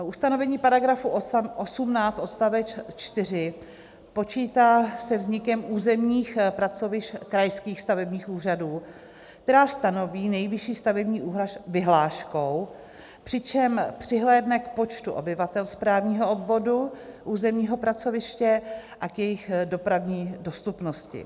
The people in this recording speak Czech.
Ustanovení § 18 odst. 4 počítá se vznikem územních pracovišť krajských stavebních úřadů, která stanoví Nejvyšší stavební úřad vyhláškou, přičemž přihlédne k počtu obyvatel správního obvodu územního pracoviště a k jejich dopravní dostupnosti.